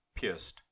pierced